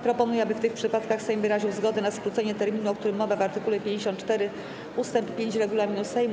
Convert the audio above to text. Proponuję, aby w tych przypadkach Sejm wyraził zgodę na skrócenie terminu, o którym mowa w art. 54 ust. 5 regulaminu Sejmu.